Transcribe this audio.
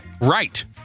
Right